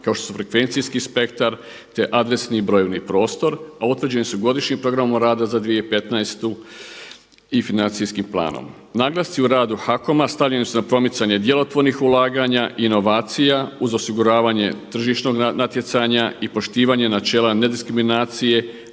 kao što su frekvencijski spektar, te adresni brojevni prostor, a utvrđeni su godišnjim programom rada za 2015. i financijskim planom. Naglasci u radu HAKOM-a stavljeni su na promicanje djelotvornih ulaganja, inovacija uz osiguravanje tržišnog natjecanja i poštivanje načela nediskriminacije,